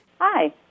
Hi